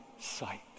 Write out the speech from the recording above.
sight